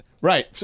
Right